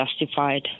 justified